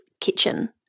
kitchen